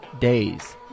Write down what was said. days